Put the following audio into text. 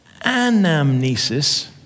Anamnesis